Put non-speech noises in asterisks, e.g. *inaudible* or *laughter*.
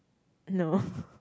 no *breath*